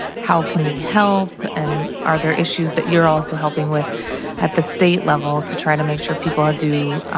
how can we help? and are there issues that you're also helping with at the state level to try to make sure people do